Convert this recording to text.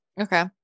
Okay